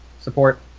support